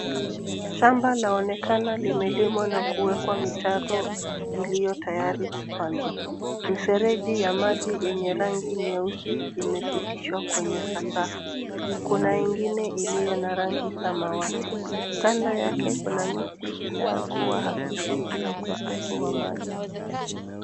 Shamba linaonekana limelimwa na kuwekwa mtaro iliyo tayari kupandwa. Mifereji ya maji yenye rangi nyeusi imepitishwa kwenye sakafu. Kuna ingine iliyo na rangi samawati. Kando yake kuna miti inayo kuwa hafifu juu ya ukosefu wa maji.